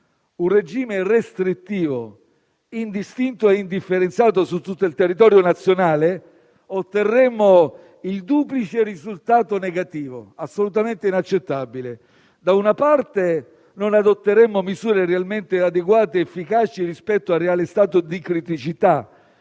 un regime restrittivo indistinto e indifferenziato su tutto il territorio nazionale, otterremmo un duplice risultato negativo, assolutamente inaccettabile: da una parte, non adotteremmo misure realmente adeguate ed efficaci rispetto al reale stato di criticità